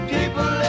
People